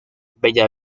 bella